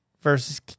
versus